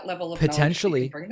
potentially